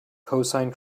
cosine